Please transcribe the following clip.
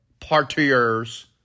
partiers